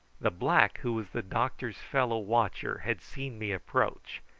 the black who was the doctor's fellow-watcher had seen me approach,